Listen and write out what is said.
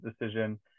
decision